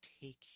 take